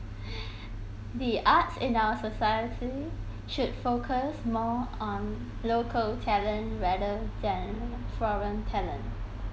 the arts in our society should focus more on local talent rather than foreign talent